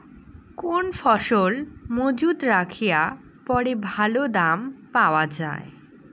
কোন ফসল মুজুত রাখিয়া পরে ভালো দাম পাওয়া যায়?